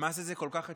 המס הזה כל כך הצליח,